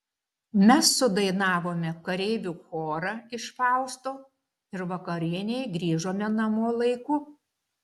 mes sudainavome kareivių chorą iš fausto ir vakarienei grįžome namo laiku